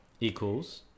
equals